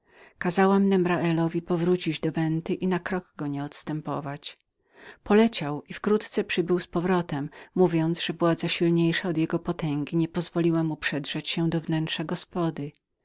brata kazałam nemraelowi powrócić do venty i na krok go nie odstępować poleciał i wkrótce przybył na powrót mówiąc że władza silniejsza od jego potęgi nie pozwoliła mu przedrzeć się